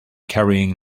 carrying